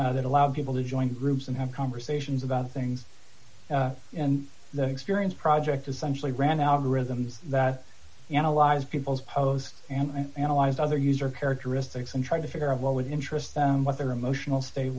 that allowed people to join groups and have conversations about things and the experience project essentially ran out rhythms that analyze peoples post and analyze other user characteristics and try to figure out what would interest them what their emotional state